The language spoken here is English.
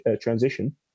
transition